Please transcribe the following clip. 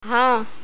ہاں